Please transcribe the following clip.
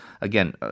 again